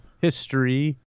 history